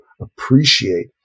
appreciate